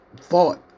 fought